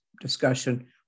discussion